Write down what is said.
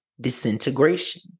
disintegration